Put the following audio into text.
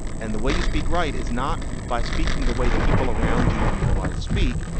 and the way you speak right is not by speaking the way that people around you in your life speak,